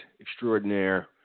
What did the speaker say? extraordinaire